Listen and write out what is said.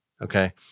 okay